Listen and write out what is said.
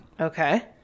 Okay